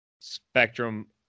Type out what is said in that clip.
spectrum